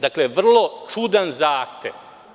Dakle, vrlo čudan zahtev.